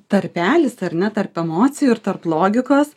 tarpelis ar ne tarp emocijų ir tarp logikos